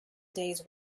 days